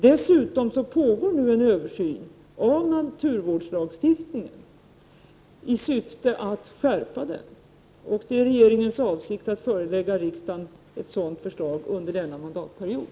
Dessutom pågår nu en översyn av naturvårdslagstiftningen i syfte att skärpa den. Det är regeringens avsikt att förelägga riksdagen ett sådant förslag under denna mandatperiod.